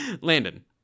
Landon